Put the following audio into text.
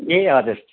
ए हजुर